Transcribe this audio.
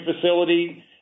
facility